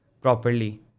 properly